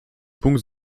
punkt